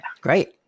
Great